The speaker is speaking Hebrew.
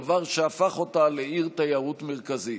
דבר שהפך אותה לעיר תיירות מרכזית.